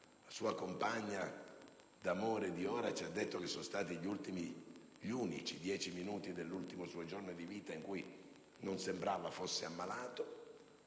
(la sua compagna d'amore di ora ci ha detto che sono stati gli unici dieci minuti del suo ultimo giorno di vita in cui non sembrava fosse ammalato),